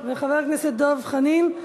חבר הכנסת דב חנין.